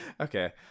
okay